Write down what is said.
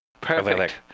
perfect